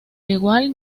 igual